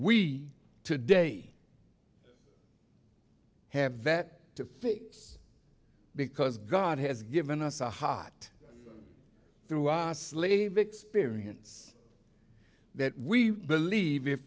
we today have vet to fix because god has given us a hot through our slave experience that we believe